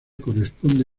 corresponde